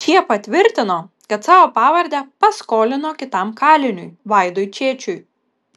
čiepa tvirtino kad savo pavardę paskolino kitam kaliniui vaidui čėčiui